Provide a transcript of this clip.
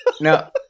no